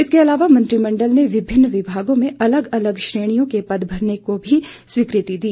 इसके अलावा मंत्रिमंडल ने विभिन्न विभागों में अलग अलग श्रेणियों के पद भरने को भी स्वीकृति दी